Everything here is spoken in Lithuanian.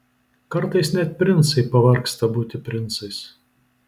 kartais net princai pavargsta būti princais